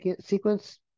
sequence